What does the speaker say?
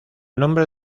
nombre